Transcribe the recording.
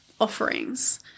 offerings